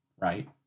right